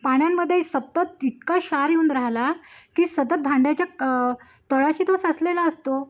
पाण्यामध्ये सतत तितका क्षार येऊन राहिला की सतत भांड्याच्या क तळाशी तो साचलेला असतो